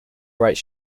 right